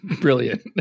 Brilliant